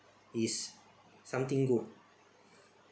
is something good